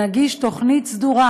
נגיש תכנית סדורה,